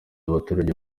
abaturage